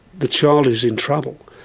the child is in trouble.